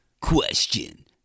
Question